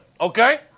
okay